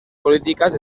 politikaz